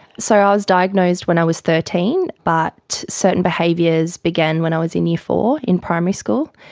so i was diagnosed when i was thirteen, but certain behaviours began when i was in year four, in primary school.